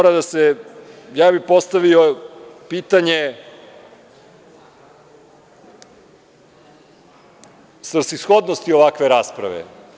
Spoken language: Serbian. Ja bih postavio pitanje svrsishodnosti ovakve rasprave.